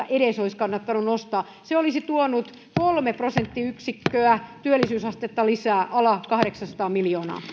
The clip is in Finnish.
edes oppivelvollisuutta nostaa se olisi tuonut lisää kolme prosenttiyksikköä työllisyysastetta a kahdeksansataa miljoonaa